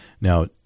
Now